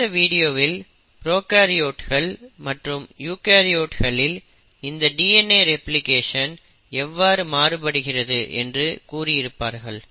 அடுத்த வீடியோவில் ப்ரோகாரியோட்ஸ் மற்றும் யூகரியோட்ஸ்களில் இந்த DNA ரெப்ளிகேஷன் எவ்வாறு மாறுபடுகிறது என்று கூறி இருப்பார்கள்